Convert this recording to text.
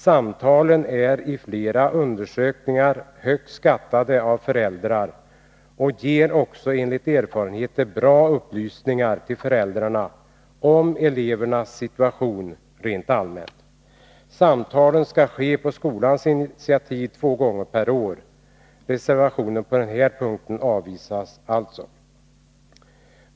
Samtalen har i flera undersökningar visat sig vara högt uppskattade av föräldrarna, och enligt erfarenheten ger de också bra upplysningar till föräldrarna om elevernas prestationer rent allmänt. Samtalen skall på skolans initiativ ske två gånger per år. Reservationen på den här punkten avvisas.